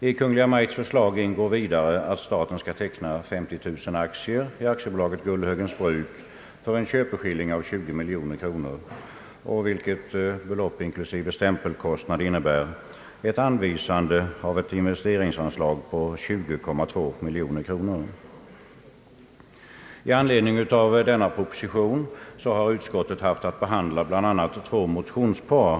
I Kungl. Maj:ts förslag ingår vidare att staten skall teckna 50 000 aktier i AB Gullhögens Bruk för en köpeskilling av 20 miljoner kronor, vilket inklusive stämpelkostnader innebär ett anvisande av ett investeringsanslag på 20,2 miljoner kronor. I anledning av propositionen har utskottet haft att behandla bl.a. två motionspar.